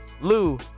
Lou